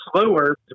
slower